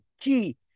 key